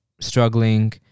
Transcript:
struggling